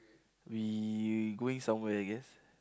we going somewhere I guess